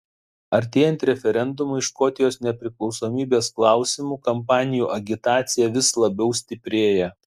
artėjant referendumui škotijos nepriklausomybės klausimu kampanijų agitacija vis labiau stiprėja